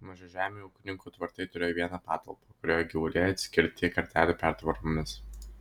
mažažemių ūkininkų tvartai turėjo vieną patalpą kurioje gyvuliai atskirti kartelių pertvaromis